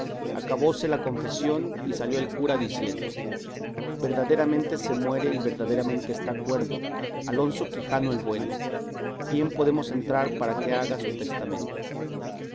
acabóse la confesión y salió el cura diciendo verdaderamente se muere y verdaderamente está cuerdo alonso quijano el bueno bien podemos entrar para que haga su testamento